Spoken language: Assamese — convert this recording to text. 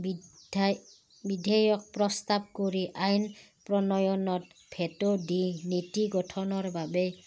বিধেয়ক প্ৰস্তাৱ কৰি আইন প্ৰণয়নত দি নীতি গঠনৰ বাবে